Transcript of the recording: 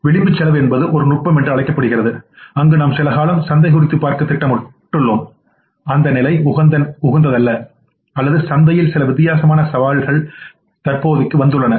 விளிம்புச் செலவு என்பதுஒரு நுட்பம்என்றும்அழைக்கப்படுகிறது அங்கு நாம்சில காலம் சந்தை குறித்து பார்க்க திட்டமிட்டுள்ளோம் அந்த நிலை உகந்ததல்லஅல்லதுசந்தையில் சில வித்தியாசமான சவால்கள் தற்போதைக்கு வந்துள்ளன